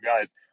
guys